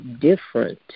different